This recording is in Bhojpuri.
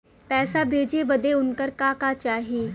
पैसा भेजे बदे उनकर का का चाही?